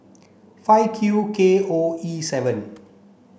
five Q K O E seven